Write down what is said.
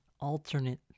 alternate